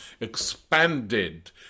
expanded